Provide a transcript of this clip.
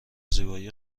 زیبایی